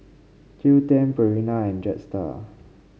Qoo ten Purina and Jetstar